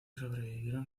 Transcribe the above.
sobrevivieron